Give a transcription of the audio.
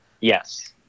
Yes